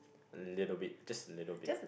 little bit just little bit